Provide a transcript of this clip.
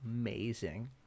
Amazing